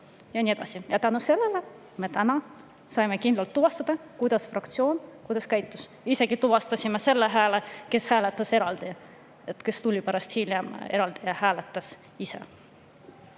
ja nii edasi. Tänu sellele me saime täna kindlalt tuvastada, kuidas fraktsioon käitus, isegi tuvastasime selle hääle, kes hääletas eraldi, kes tuli pärast hiljem eraldi ja hääletas.